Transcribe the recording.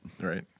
Right